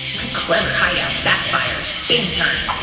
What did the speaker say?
my clever hide out backfired, big time.